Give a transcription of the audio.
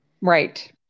Right